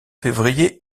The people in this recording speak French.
février